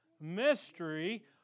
mystery